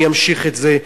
אני אמשיך את זה,